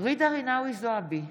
ג'ידא רינאוי זועבי,